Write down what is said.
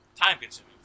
time-consuming